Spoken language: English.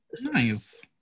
Nice